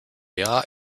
jahr